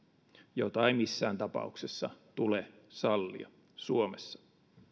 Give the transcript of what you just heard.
jota ei missään tapauksessa tule sallia suomessa